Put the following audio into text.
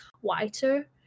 whiter